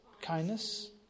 Kindness